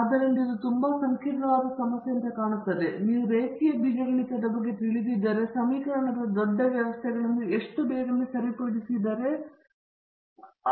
ಆದ್ದರಿಂದ ಇದು ತುಂಬಾ ಸಂಕೀರ್ಣವಾದ ಸಮಸ್ಯೆಯಂತೆ ಕಾಣುತ್ತದೆ ಆದರೆ ನೀವು ರೇಖೀಯ ಬೀಜಗಣಿತದ ಬಗ್ಗೆ ತಿಳಿದಿದ್ದರೆ ನಿಮಗೆ ಸಮೀಕರಣದ ದೊಡ್ಡ ವ್ಯವಸ್ಥೆಗಳನ್ನು ಎಷ್ಟು ಬೇಗನೆ ಸರಿಪಡಿಸಿದರೆ